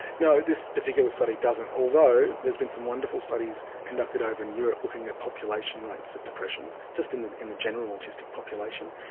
no, this particular study doesn't, although there has been some wonderful studies conducted over in europe looking at population rates of depression, just in the in the general autistic population,